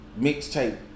mixtape